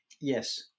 Yes